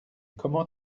comment